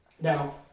Now